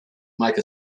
make